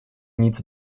nic